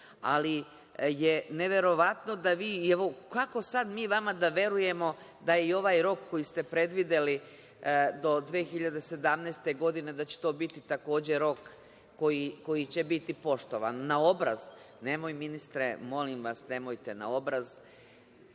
današnjeg bilo. Ali, kako sada mi vama da verujemo da i ovaj rok koji ste predvideli do 2017. godine, da će to biti takođe rok koji će biti poštovan? Na obraz? Nemojte, ministre, molim vas, nemojte na obraz.